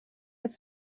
het